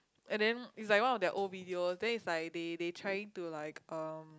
and then it's like one of their old video then is like they they trying to like um